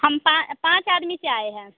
हम पाँच आदमी से आए हैं